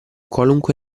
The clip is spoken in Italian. qualunque